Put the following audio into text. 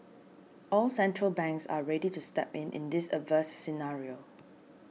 all central banks are ready to step in in this adverse scenario